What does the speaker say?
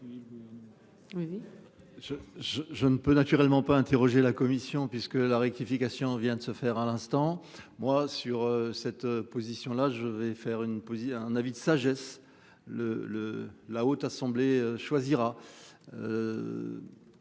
je ne peux naturellement pas interrogé la Commission puisque la rectification vient de se faire à l'instant, moi, sur cette position là je vais faire une pause, il a un avis de sagesse le le la haute assemblée choisira.